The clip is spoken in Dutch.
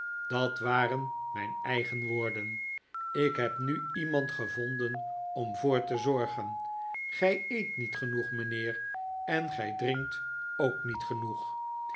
dat waren mijn eigen woorden ik heb nu iemand gevonden om voor te zorgen gij eet niet genoeg mijnheer en gij drinkt ook niet genoeg